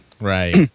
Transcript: Right